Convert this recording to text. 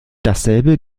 dasselbe